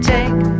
Take